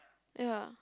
ya